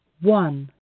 one